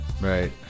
Right